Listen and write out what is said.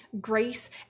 grace